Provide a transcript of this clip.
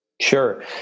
sure